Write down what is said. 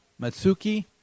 Matsuki